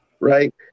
right